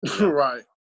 Right